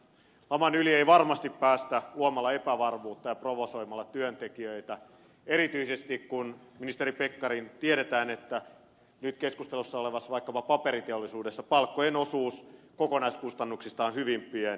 laman yli ei varmasti päästä luomalla epävarmuutta ja provosoimalla työntekijöitä erityisesti ministeri pekkarinen kun tiedetään että vaikkapa nyt keskustelussa olevassa paperiteollisuudessa palkkojen osuus kokonaiskustannuksista on hyvin pieni